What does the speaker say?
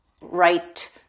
right